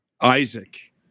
Isaac